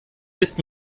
ist